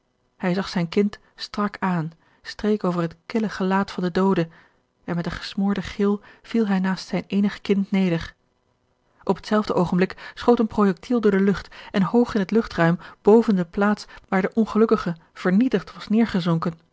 hij zag zijn kind strak aan streek over het kille gelaat van de doode en met een gesmoorden gil viel hij naast zijn eenig kind neder op hetzelfde oogenblik schoot een projectiel door de lucht en hoog in het luchtruim boven de plaats waar de ongelukkige vernietigd was neêrgezonken